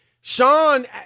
Sean